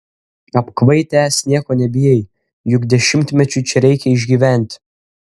apkvaitęs nieko nebijai juk dešimtmečiui čia reikia išgyventi